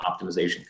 optimization